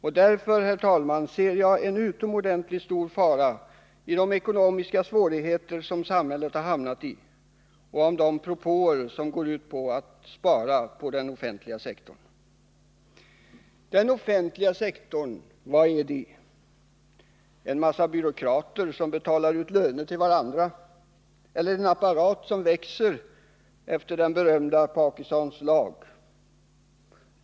Därför, herr talman, ser jag en utomordentligt stor fara i de ekonomiska svårigheter samhället hamnat i och de propåer som går ut på att spara på den offentliga sektorn. Den offentliga sektorn — vad är det? En mängd byråkrater som betalar ut löner till varandra eller en apparat som växer efter den berömda Parkinsons lag?